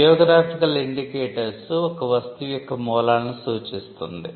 Geographical Indicator ఒక వస్తువు యొక్క మూలాలను సూచిస్తుంది